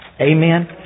Amen